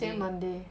今天 monday